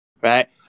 right